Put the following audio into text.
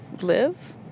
live